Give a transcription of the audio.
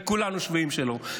וכולנו שבויים שלו,